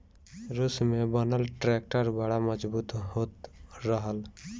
रूस में बनल ट्रैक्टर बड़ा मजबूत होत रहल